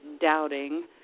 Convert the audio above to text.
doubting